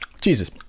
Jesus